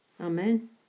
Amen